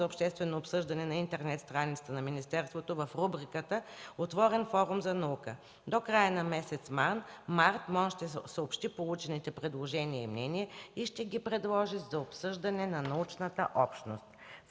обществено обсъждане на интернет страницата на министерството в рубриката „Отворен форум за наука”. До края на месец март Министерството на образованието и науката ще съобщи получените предложения и мнения и ще ги предложи за обсъждане на научната общност.